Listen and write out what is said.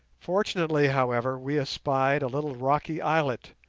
fortunately, however, we espied a little rocky islet,